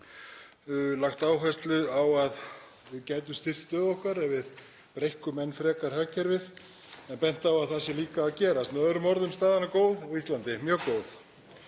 lagt áherslu á að við gætum styrkt stöðu okkar ef við breikkum enn frekar hagkerfið en bent á að það sé líka að gerast. Með öðrum orðum, staðan er góð á Íslandi, mjög góð,